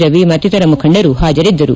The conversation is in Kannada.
ರವಿ ಮತ್ತಿತರ ಮುಖಂಡರು ಹಾಜರಿದ್ದರು